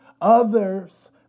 others